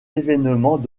événements